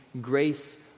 grace